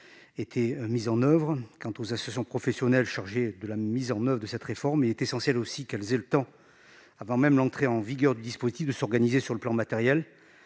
était mise en oeuvre. Quant aux associations professionnelles chargées de cette mise en oeuvre, il est essentiel qu'elles aient le temps, avant même l'entrée en vigueur du dispositif, de s'organiser non seulement sur le plan matériel,